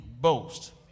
boast